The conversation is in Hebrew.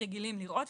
רגילים לראות.